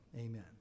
Amen